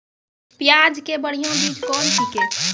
प्याज के बढ़िया बीज कौन छिकै?